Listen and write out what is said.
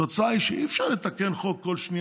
התוצאה היא שאי-אפשר לתקן חוק כל שני